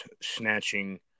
snatching